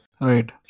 right